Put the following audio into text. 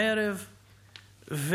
בערב,